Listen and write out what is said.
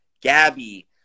Gabby